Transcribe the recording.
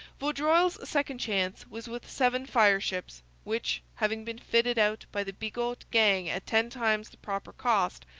vaudreuil's second chance was with seven fireships, which, having been fitted out by the bigot gang at ten times the proper cost,